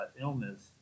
illness